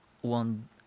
one